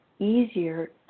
easier